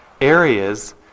areas